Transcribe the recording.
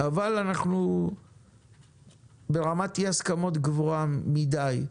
אבל אנחנו ברמת אי הסכמות גבוהה מידי.